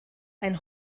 ein